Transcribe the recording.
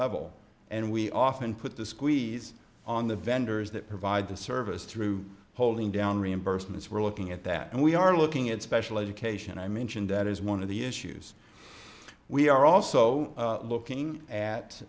level and we often put the squeeze on the vendors that provide the service through holding down reimbursements we're looking at that and we are looking at special education i mentioned that is one of the issues we are also looking at